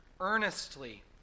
earnestly